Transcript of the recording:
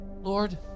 Lord